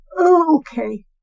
okay